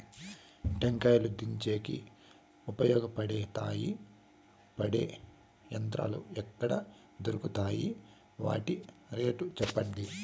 టెంకాయలు దించేకి ఉపయోగపడతాయి పడే యంత్రాలు ఎక్కడ దొరుకుతాయి? వాటి రేట్లు చెప్పండి?